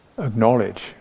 acknowledge